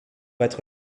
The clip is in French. être